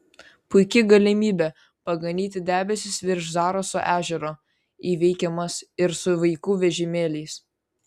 puiki galimybė paganyti debesis virš zaraso ežero įveikiamas ir su vaikų vežimėliais